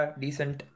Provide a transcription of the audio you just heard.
decent